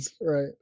Right